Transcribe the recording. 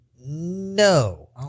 no